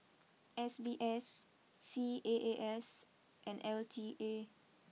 S B S C A A S and L T A